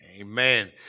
Amen